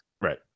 Right